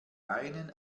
einen